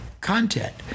content